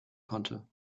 konnte